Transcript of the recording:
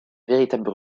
véritables